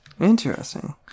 Interesting